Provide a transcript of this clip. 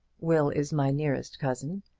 will is my nearest cousin,